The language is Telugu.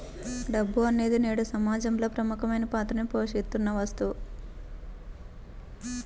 డబ్బు అనేది నేడు సమాజంలో ప్రముఖమైన పాత్రని పోషిత్తున్న వస్తువు